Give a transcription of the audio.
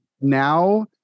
now